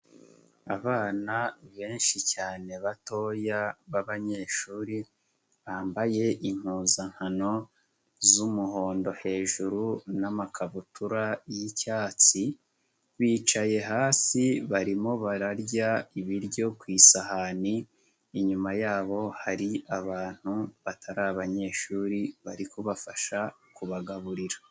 Abana benshi cyane batoya b'abanyeshuri bambaye impuzankano z'umuhondo hejuru n'amakabutura y'icyatsi, bicaye hasi barimo bararya ibiryo ku isahani, inyuma yabo hari abantu batari abanyeshuri bari kubafasha kubagaburira.